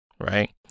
right